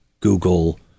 Google